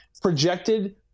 projected